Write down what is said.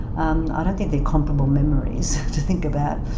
um i don't think they're comparable memories to think about,